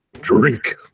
Drink